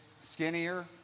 skinnier